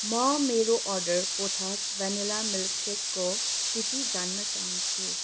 म मेरो अर्डर कोथास भ्यानिला मिल्कसेकको स्थिति जान्न चाहन्छु